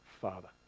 Father